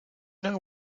know